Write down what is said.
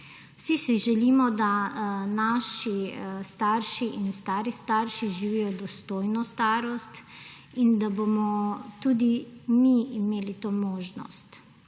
Vsi si želimo, da naši starši in stari starši živijo dostojno starost in da bomo tudi mi imeli to možnost.